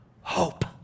hope